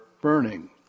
burning